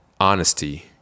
Honesty